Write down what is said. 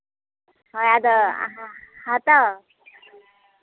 ᱦᱳᱭ ᱟᱫᱚ ᱦᱟᱛᱟᱣᱟ